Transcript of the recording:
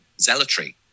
zealotry